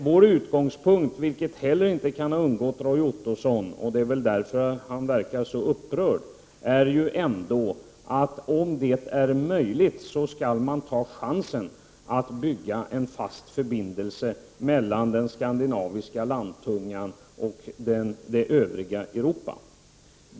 Vår utgångspunkt — vilken heller inte kan ha undgått Roy Ottosson, det är väl därför han verkar så upprörd — är att om det är möjligt skall man ta chansen att bygga en fast förbindelse mellan den skandinaviska landtungan och det övriga Europa.